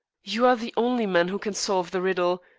you are the only man who can solve the riddle,